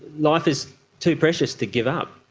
life is too precious to give up.